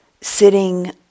sitting